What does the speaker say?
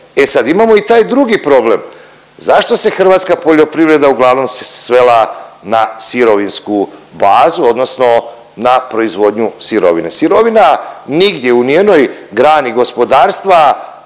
E sad imamo i taj drugi problem. Zašto se hrvatska poljoprivreda uglavnom svela na sirovinsku bazu odnosno na proizvodnju sirovine? Sirovina nigdje u ni jednoj grani gospodarstva